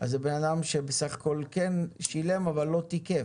זה בן אדם שבסך הכול כן שילם אבל לא תיקף,